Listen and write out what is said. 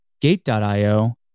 Gate.io